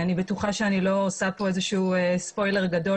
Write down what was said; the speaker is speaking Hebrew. אני בטוחה שאני לא עושה כאן איזשהו ספוילר גדול